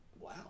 wow